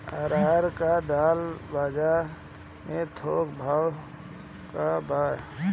अरहर क दाल बजार में थोक भाव का बा?